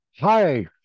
Hi